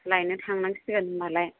लायनो थांनांसिगोन होमबालाय